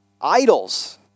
Idols